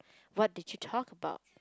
what did you talk about